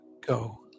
go